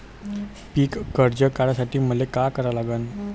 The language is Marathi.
पिक कर्ज काढासाठी मले का करा लागन?